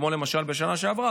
כמו למשל בשנה שעברה,